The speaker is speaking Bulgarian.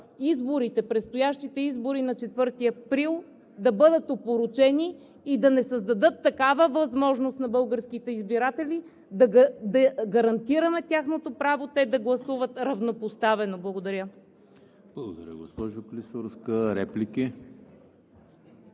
изборите – предстоящите избори на 4 април, да бъдат опорочени и да не създадат такава възможност на българските избиратели да гарантираме тяхното право те да гласуват равнопоставено. Благодаря. ПРЕДСЕДАТЕЛ ЕМИЛ ХРИСТОВ: Благодаря, госпожо Клисурска. Реплики?